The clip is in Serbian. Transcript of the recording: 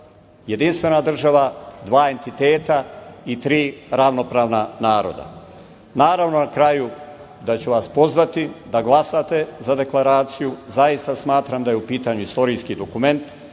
jedinstvena država, dva entiteta i tri ravnopravna naroda. Naravno, na kraju ću vas pozvati da glasate za deklaraciju. Zaista smatram da je u pitanju istorijski dokument.